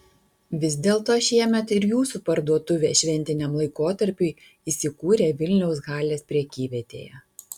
vis dėlto šiemet ir jūsų parduotuvė šventiniam laikotarpiui įsikūrė vilniaus halės prekyvietėje